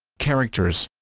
characters